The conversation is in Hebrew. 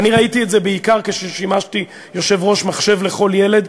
ואני ראיתי את זה בעיקר כששימשתי יושב-ראש "מחשב לכל ילד".